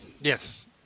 Yes